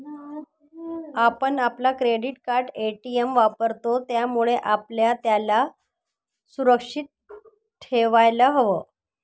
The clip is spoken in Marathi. आपण आपलं क्रेडिट कार्ड, ए.टी.एम वापरतो, त्यामुळे आपल्याला त्याला सुरक्षित ठेवायला हव